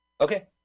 Okay